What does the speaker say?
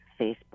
facebook